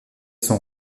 sont